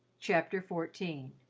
chapter fourteen